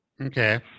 Okay